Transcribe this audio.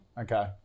Okay